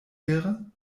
wäre